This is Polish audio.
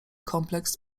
kompleks